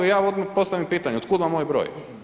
I ja odmah postavim pitanje otkuda vam moj broj.